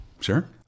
Sure